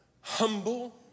humble